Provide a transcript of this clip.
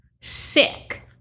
sick